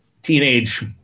Teenage